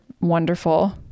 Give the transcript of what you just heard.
wonderful